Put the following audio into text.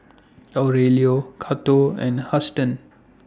Aurelio Cato and Huston